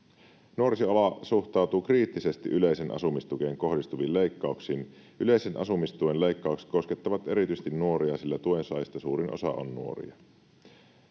”Nuorisoala suhtautuu kriittisesti yleiseen asumistukeen kohdistuviin leikkauksiin. Yleisen asumistuen leikkaukset koskettavat erityisesti nuoria, sillä tuensaajista suurin osa on nuoria.